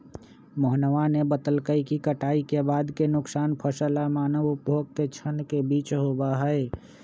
मोहनवा ने बतल कई कि कटाई के बाद के नुकसान फसल और मानव उपभोग के क्षण के बीच होबा हई